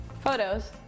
photos